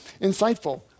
insightful